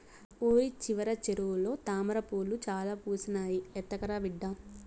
ఊరి చివర చెరువులో తామ్రపూలు చాలా పూసినాయి, ఎత్తకరా బిడ్డా